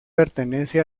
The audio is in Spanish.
pertenece